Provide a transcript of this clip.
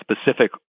specific